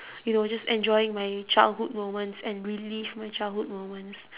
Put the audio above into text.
you know just enjoying my childhood moments and relive my childhood moments